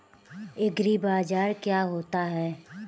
एग्रीबाजार क्या होता है?